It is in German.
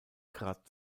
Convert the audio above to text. grad